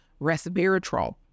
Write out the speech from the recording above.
resveratrol